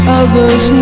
others